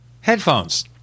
headphones